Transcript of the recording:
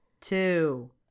two